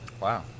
Wow